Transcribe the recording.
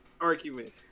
argument